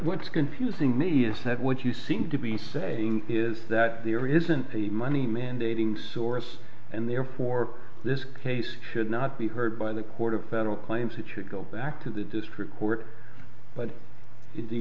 what's confusing me is that what you seem to be saying is that there isn't a money mandating source and therefore this case should not be heard by the court of federal claims that you'd go back to the district court but